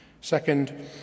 Second